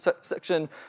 section